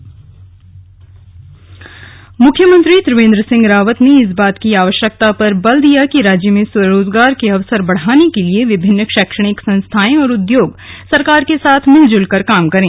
मुख्यमंत्री स्वरोजगार मुख्यमंत्री त्रिवेन्द्र सिंह रावत ने इस बात की आवश्यकता पर बल दिया कि राज्य में स्वरोजगार के अवसर बढ़ाने के लिए विभिन्न शैक्षणिक संस्थाए और उद्योग सरकार के साथ मिलजुल कर काम करें